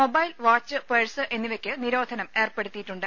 mobile watch purse എന്നിവക്ക് നിരോധനമേർപ്പെടു ത്തിയിട്ടുണ്ട്